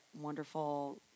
wonderful